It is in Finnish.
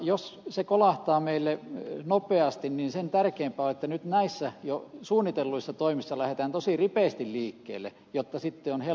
jos se kolahtaa meille nopeasti niin sen tärkeämpää on että nyt näissä jo suunnitelluissa toimissa lähdetään tosi ripeästi liikkeelle jotta sitten on helpompi siirtyä tiukempiin